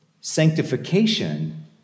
Sanctification